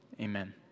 amen